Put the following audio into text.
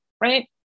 right